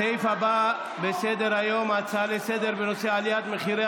הצעות לסדר-היום בנושא: עלייה במחירי